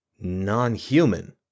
Non-human